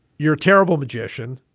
you're a terrible magician.